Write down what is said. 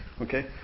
Okay